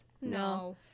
no